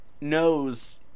knows